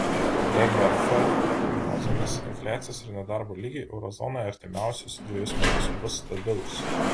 tvf prognozėmis infliacijos ir nedarbo lygiai euro zonoje artimiausius dvejus metus bus stabilūs